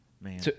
Man